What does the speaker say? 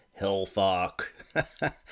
Hellfuck